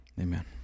Amen